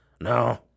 No